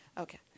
Okay